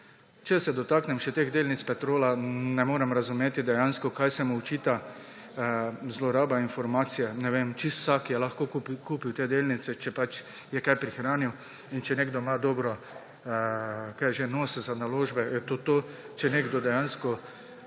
Če se dotaknem še teh delnic Petrola. Ne morem razumeti dejansko, kaj se mu očita. Zloraba informacije. Ne vem, čisto vsak je lahko kupil te delnice, če pač je kaj prihranil. In če nekdo ima dober – kaj že – nos za naložbe; to, če nekdo dejansko